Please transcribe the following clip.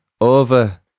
over